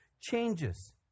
changes